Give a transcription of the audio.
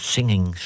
Singing